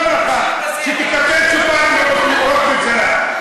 טוב לך, שתקבל צ'ופרים מראש הממשלה.